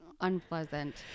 unpleasant